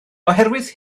oherwydd